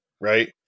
right